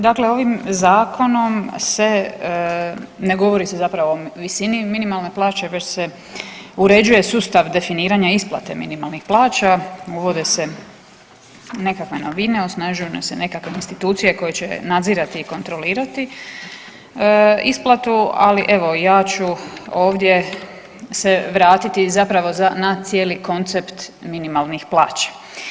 Dakle, ovim zakonom se ne govori se zapravo o visini minimalne plaće već se uređuje sustav definiranja isplate minimalnih plaća, uvode se nekakve novine, osnažuju nam se nekakve institucije koje će nadzirati i kontrolirati isplatu, ali evo ja ću ovdje se vratiti zapravo na cijeli koncept minimalnih plaća.